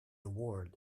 award